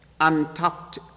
untapped